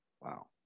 Wow